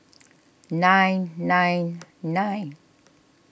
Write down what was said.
nine nine nine